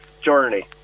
journey